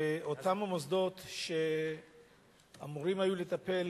ואותם המוסדות שאמורים היו לטפל